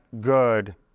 good